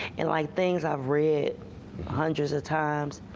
and like things i've read hundreds of times,